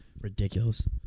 Ridiculous